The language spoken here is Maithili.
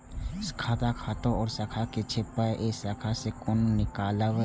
खाता कतौ और शाखा के छै पाय ऐ शाखा से कोना नीकालबै?